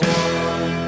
one